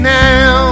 now